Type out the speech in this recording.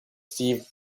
steve